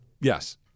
yes